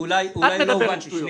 את מדברת שטויות.